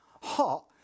hot